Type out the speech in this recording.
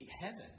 Heaven